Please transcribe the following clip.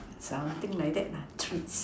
something like that treats